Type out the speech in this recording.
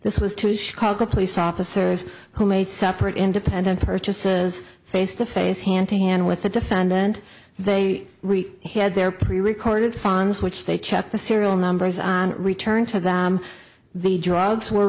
this was two chicago police officers who made separate independent purchases face to face hand to hand with the defendant they had their pre recorded fines which they checked the serial numbers returned to them the drugs were